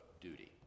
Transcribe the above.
duty